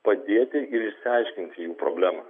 padėti ir išsiaiškinti jų problemą